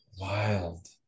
Wild